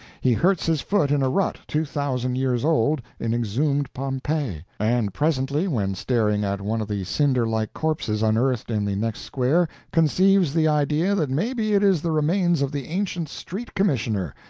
he hurts his foot in a rut two thousand years old in exhumed pompeii, and presently, when staring at one of the cinder-like corpses unearthed in the next square, conceives the idea that maybe it is the remains of the ancient street commissioner,